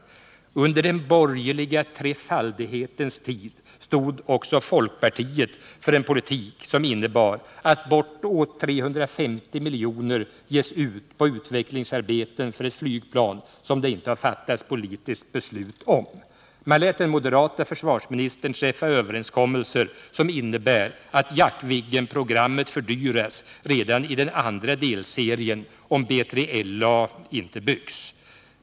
Under den borgerliga trefaldighetens tid stod också folkpartiet för en politik som innebar att bortåt 350 milj.kr. ges ut på utvecklingsarbeten för ett flygplan som det inte har fattats politiskt beslut om. Man lät den moderata försvarsministern träffa överenskommelser, som innebär att Jaktviggenprogrammet fördyras redan i den andra delserien om inte BJLA byggs.